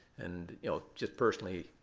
and you know just personally,